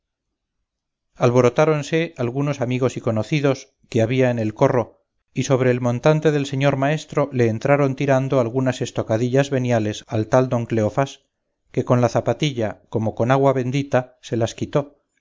castillas alborotáronse algunos amigos y conocidos que había en el corro y sobre el montante del señor maestro le entraron tirando algunas estocadillas veniales al tal don cleofás que con la zapatilla como con agua bendita se las quitó